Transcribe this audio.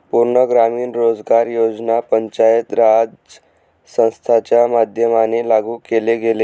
पूर्ण ग्रामीण रोजगार योजना पंचायत राज संस्थांच्या माध्यमाने लागू केले गेले